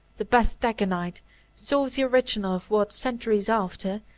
the beth-dagonite saw the original of what, centuries after,